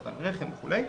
סרטן רחם וכולי.